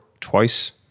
twice